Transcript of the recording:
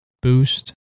boost